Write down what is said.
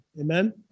Amen